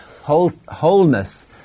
wholeness